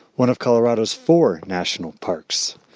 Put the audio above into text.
one of colorado's four national parks.